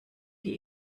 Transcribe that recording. wir